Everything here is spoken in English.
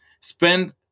Spend